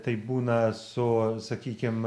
tai būna su sakykim